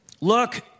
Look